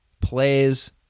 plays